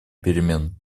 перемен